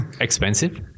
expensive